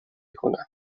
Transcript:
کنم